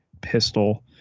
pistol